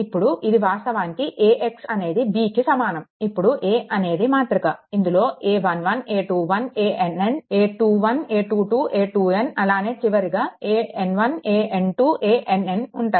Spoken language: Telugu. ఇప్పుడు ఇది వాస్తవానికి AX అనేది B కి సమానం ఇప్పుడు A అనేది మాతృక ఇందులో a11 a 12 a 1n a 21 a 22 a 2n అలానే చివరగా a n1 a n2 a nn ఉంటాయి